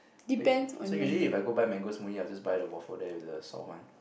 but so usually if I go buy mango smoothie I'll just buy the waffle there with the soft one